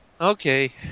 Okay